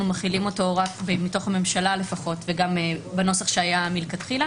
מחילים אותו - מתוך הממשלה לפחות וגם בנוסח שהיה מלכתחילה